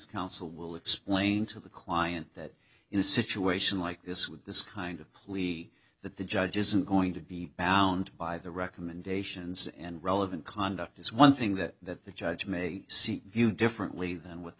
counsel will explain to the client that in a situation like this with this kind of plea that the judge isn't going to be bound by the recommendations and relevant conduct is one thing that the judge may see viewed differently than what the